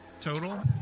total